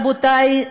רבותי,